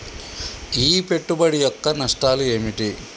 ఈ పెట్టుబడి యొక్క నష్టాలు ఏమిటి?